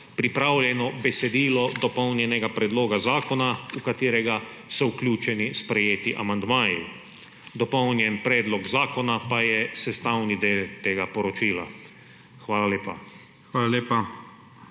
pripravljeno besedilo dopolnjenega predloga zakona, v katerega so vključeni sprejeti amandmaji. Dopolnjen predlog zakona pa je sestavni del tega poročila. Hvala lepa.